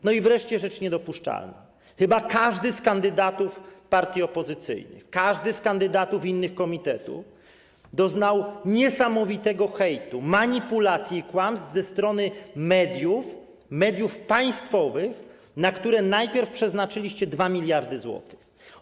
I kolejna rzecz niedopuszczalna - chyba każdy z kandydatów partii opozycyjnych, każdy z kandydatów innych komitetów doznał niesamowitego hejtu, manipulacji i kłamstw ze strony mediów państwowych, na które najpierw przeznaczyliście 2 mld zł.